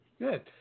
Good